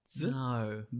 No